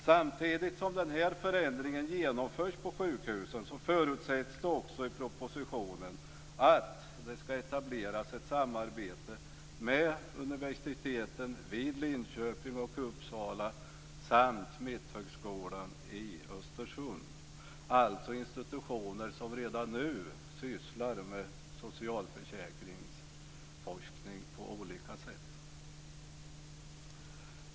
Samtidigt som den här förändringen genomförs på sjukhusen förutsätts det också i propositionen att det skall etableras ett samarbete med universiteten i Linköping och Uppsala samt med Mitthögskolan i Östersund, dvs. institutioner som redan nu sysslar med socialförsäkringsforskning på olika sätt.